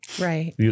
Right